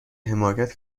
حماقت